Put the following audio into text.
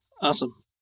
Awesome